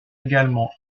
également